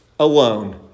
Alone